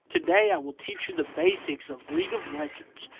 today, i will teach you the basics of league of legends.